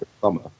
summer